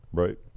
right